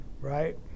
right